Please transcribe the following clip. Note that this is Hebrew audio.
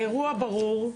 האירוע ברור,